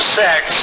sex